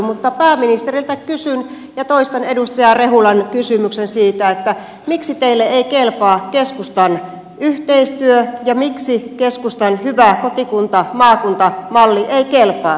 mutta pääministeriltä kysyn ja toistan edustaja rehulan kysymyksen siitä miksi teille ei kelpaa keskustan yhteistyö ja miksi keskustan hyvä kotikuntamaakunta malli ei kelpaa